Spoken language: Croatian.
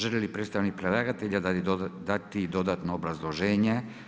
Želi li predstavnik predlagatelja dati i dodatno obrazloženje?